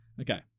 Okay